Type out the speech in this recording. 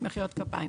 מחיאות כפיים.